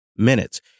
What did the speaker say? Minutes